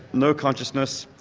no consciousness,